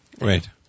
right